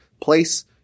Place